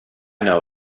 know